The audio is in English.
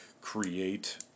create